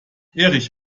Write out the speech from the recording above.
erich